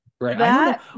right